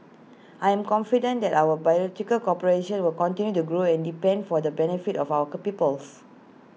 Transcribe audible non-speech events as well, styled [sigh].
I'm confident that our [unintelligible] cooperation will continue to grow and deepen for the benefit of our co peoples